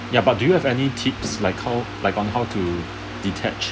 ya but do you have any tips like how like on how to detach